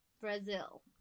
Brazil